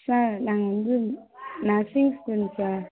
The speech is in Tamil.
சார் நாங்கள் வந்து நர்ஸிங் ஸ்டூடெண்ட்ஸ் சார்